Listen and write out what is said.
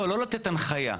לא, לא לתת הנחיה.